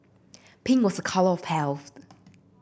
pink was a colour of health